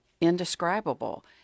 indescribable